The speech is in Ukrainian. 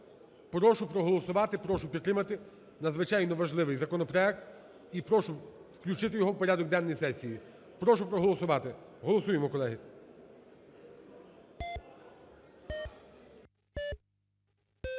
Прошу проголосувати, прошу підтримати надзвичайно важливий законопроект і прошу включити його в порядок денний сесії. Прошу проголосувати. Голосуємо, колеги.